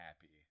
happy